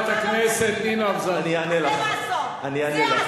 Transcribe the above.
חברת הכנסת נינו אבסדזה, אני אענה לך.